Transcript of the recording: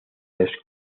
los